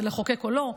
זה לחוקק או לא,